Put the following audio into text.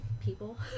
people